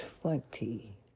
twenty